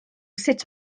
sut